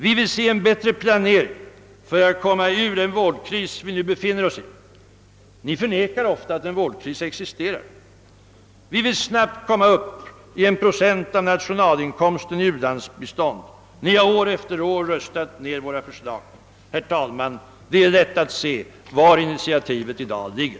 Vi vill se en bättre planering för att komma ur den vårdkris vi nu befinner oss i — ni förnekar ofta att en vårdkris existerar. Vi vill snabbt komma upp i en procent av nationalinkomsten i u-landsbistånd — ni har år efter år röstat ned våra förslag. Herr talman! Det är lätt att se var initiativet i dag ligger.